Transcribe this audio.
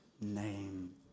name